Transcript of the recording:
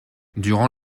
durant